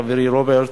חברי רוברט,